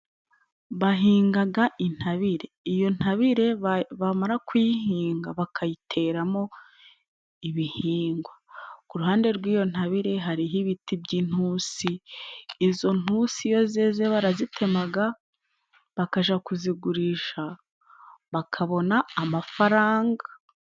Bahingaga intabire. Iyo ntabire bamara kuyihinga bakayitera mo ibihingwa. Ku ruhande rw'iyo ntabire hariho ibiti by'inintusi, izo ntusi iyo zeze barazitemaga bakaja kuzigurisha, bakabona amafaranga.